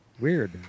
weird